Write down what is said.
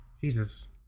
Jesus